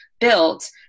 built